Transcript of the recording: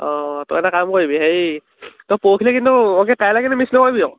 অঁ তই এটা কাম কৰিবি হেৰি তই পৰখিলৈ কিন্তু অঁ কি কাইলৈ কিন্তু মিছ নকৰিবি আকৌ